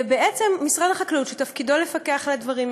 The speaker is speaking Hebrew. ובעצם משרד החקלאות, שתפקידו לפקח על הדברים האלה,